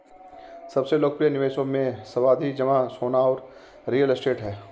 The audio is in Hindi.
सबसे लोकप्रिय निवेशों मे, सावधि जमा, सोना और रियल एस्टेट है